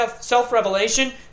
self-revelation